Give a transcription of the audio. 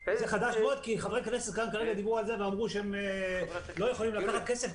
מאוד כי חברי כנסת כאן כרגע דיברו על זה ואמרו שהם לא יכולים לקחת כסף.